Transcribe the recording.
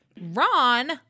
Ron